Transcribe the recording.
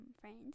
friends